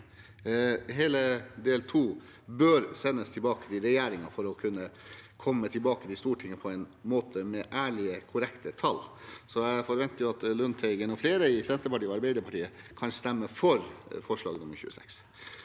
hele del II bør sendes tilbake til regjeringen for så å komme tilbake til Stortinget med ærlige og korrekte tall. Jeg forventer at Lundteigen og flere i Senterpartiet og Arbeiderpartiet kan stemme for forslag nr. 26.